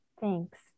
Thanks